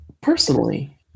personally